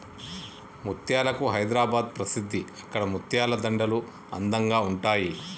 ముత్యాలకు హైదరాబాద్ ప్రసిద్ధి అక్కడి ముత్యాల దండలు అందంగా ఉంటాయి